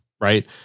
right